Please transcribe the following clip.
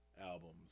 albums